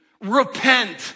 repent